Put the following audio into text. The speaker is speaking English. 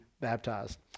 baptized